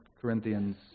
Corinthians